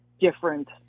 different